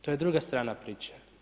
To je druga strana priče.